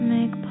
Make